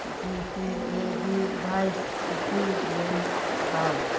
G T ꯑꯦꯒꯤ Vice City game ꯊꯥꯎ